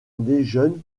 déjeune